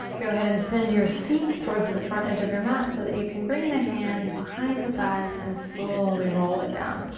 go ahead and send your seat towards the front edge of your mat so that you can bring the hands behind the thighs and slowly roll it down.